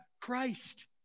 Christ